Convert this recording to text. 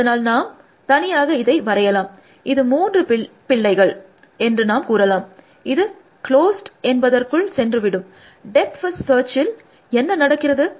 அதனால் நாம் தனியாக இதை வரையலாம் இது மூன்று பிள்ளைகள் என்று நாம் கூறலாம் இது க்ளோஸ்ட் என்பதற்குள் சென்று விடும் டெப்த் ஃபர்ஸ்ட் சர்ச்சில் என்ன நடக்கிறது